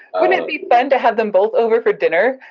wouldn't it be fun to have them both over for dinner?